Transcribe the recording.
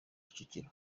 kicukiro